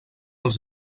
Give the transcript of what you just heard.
els